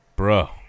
Bro